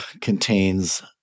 contains